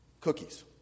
cookies